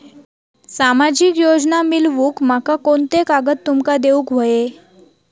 सामाजिक योजना मिलवूक माका कोनते कागद तुमका देऊक व्हये?